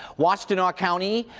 washtenaw county,